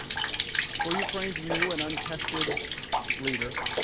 for ukraine's new and untested leader,